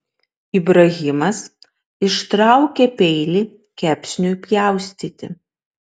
ibrahimas ištraukė peilį kepsniui pjaustyti